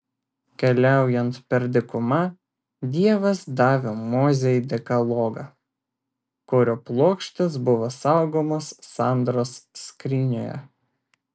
keliaujant per dykumą dievas davė mozei dekalogą kurio plokštės buvo saugomos sandoros skrynioje